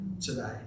today